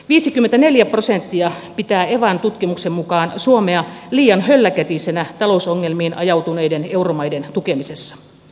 viisikymmentäneljä prosenttia pitää evan tutkimuksen mukaan suomea liian hölläkätisenä talousongelmiin ajautuneiden euromaiden tukemisessa